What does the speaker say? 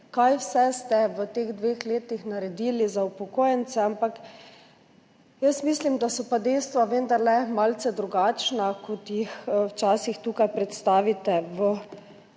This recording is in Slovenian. kaj vse ste v teh dveh letih naredili za upokojence, ampak jaz mislim, da so dejstva vendarle malce drugačna, kot jih včasih tukaj predstavite v